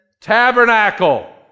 Tabernacle